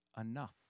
enough